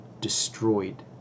destroyed